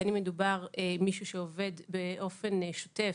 בין אם מדובר במישהו שעובד באופן שוטף